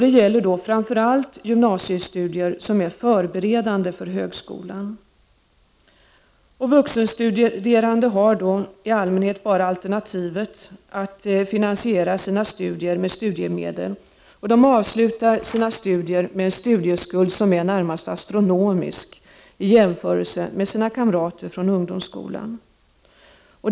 Det gäller framför allt gymnasiestudier som är förberedande för högskolan. Vuxenstuderande har då i allmänhet bara alternativet att finansiera sina gymnasiestudier med studiemedel och avsluta sina studier med en studieskuld som är närmast astronomisk i jämförelse med den som deras kamrater från ungdomsskolan har.